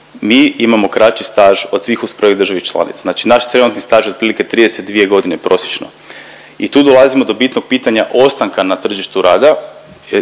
mi imamo kraći staž od svih usporednih država članica, znači naš trenutni staž je otprilike 32.g. prosječno i tu dolazimo do bitnog pitanja ostanka na tržištu rada,